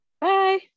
Bye